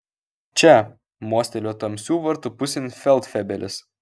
čia mostelėjo tamsių vartų pusėn feldfebelis